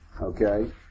Okay